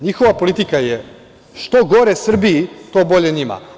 Njihova politika je - što gore Srbiji, to bolje njima.